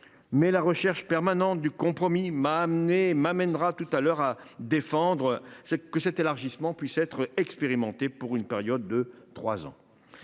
Mais la recherche permanente du compromis m’amènera à vous proposer que l’élargissement puisse être expérimenté pour une période de trois ans.